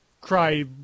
cry